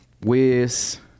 Wiz